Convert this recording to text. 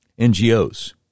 NGOs